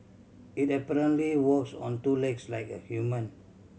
it apparently walks on two legs like a human